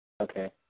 Okay